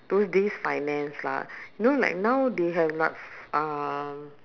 those days finance lah know like now they have like uh